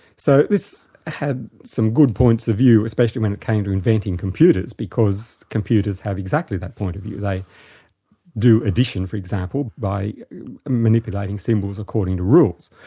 so this had some good points of view, especially when it came to inventing computers, because computers have exactly that point of view, they do addition, for example, by manipulating symbols according to rules.